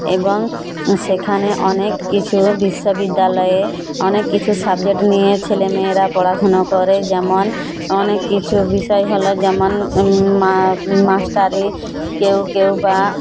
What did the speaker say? এবং সেখানে অনেক কিছু বিশ্ববিদ্যালয়ে অনেক কিছু সাবজেট নিয়ে ছেলে মেয়েরা পড়াশুনো করে যেমন অনেক কিছু বিষয় হল যেমন মাষ্টারি কেউ কেউ বা